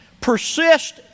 persist